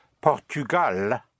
Portugal